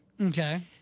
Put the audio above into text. Okay